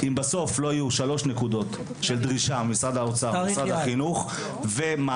אם בסוף לא יהיו שלוש נקודות של דרישה ממשרד האוצר ומשרד החינוך ומעקב,